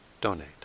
donate